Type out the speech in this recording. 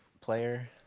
player